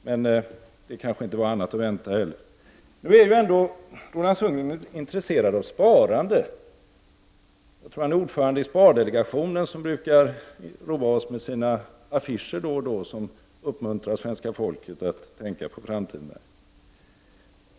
Men det var kanske inte annat att vänta. Roland Sundgren är ju ändå intresserad av sparande. Jag tror att han är ordförande i Spardelegationen. Den brukar roa oss med sina affischer då och då som uppmuntrar svenska folket att tänka på framtiden.